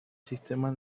sistema